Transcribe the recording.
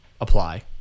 Apply